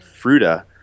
Fruta